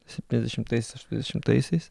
septyniasdešimtais aštuoniasdešimtaisiais